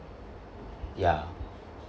ya